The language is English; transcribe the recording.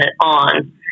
on